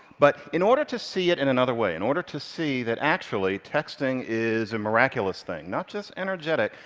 but in order to see it in another way, in order to see that actually texting is a miraculous thing, not just energetic,